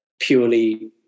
purely